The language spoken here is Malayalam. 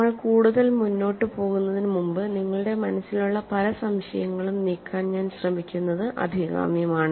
നമ്മൾ കൂടുതൽ മുന്നോട്ട് പോകുന്നതിനുമുമ്പ് നിങ്ങളുടെ മനസ്സിലുള്ള പല സംശയങ്ങളും നീക്കാൻ ഞാൻ ശ്രമിക്കുന്നത് അഭികാമ്യമാണ്